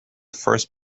first